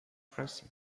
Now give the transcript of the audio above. próximo